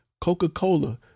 Coca-Cola